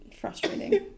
frustrating